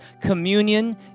communion